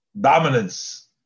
dominance